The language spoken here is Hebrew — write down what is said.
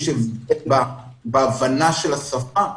יש הבדל בהבנה של השפה,